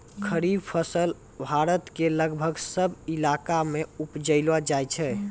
खरीफ फसल भारत के लगभग सब इलाका मॅ उपजैलो जाय छै